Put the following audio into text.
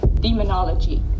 Demonology